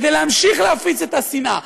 כדי להמשיך להפיץ את השנאה,